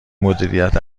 مدیریت